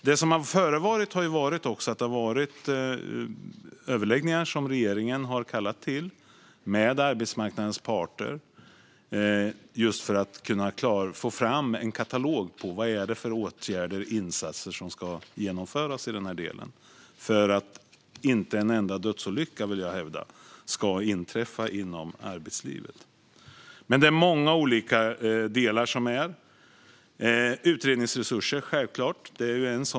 Det som har förevarit är överläggningar som regeringen har kallat till med arbetsmarknadens parter, just för att kunna få fram en katalog över vilka åtgärder och insatser som ska genomföras för att inte en enda dödsolycka, vill jag hävda, ska inträffa inom arbetslivet. Men det finns många olika delar i detta. Det handlar självklart om utredningsresurser.